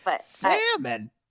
Salmon